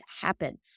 happen